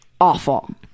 awful